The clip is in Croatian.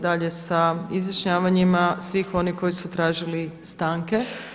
dalje sa izjašnjavanjima svih onih koji su tražili stanke.